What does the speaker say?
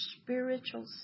spiritual